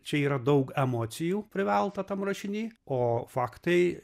čia yra daug emocijų privelta tam rašiny o faktai